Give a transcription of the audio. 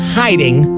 hiding